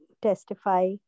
testify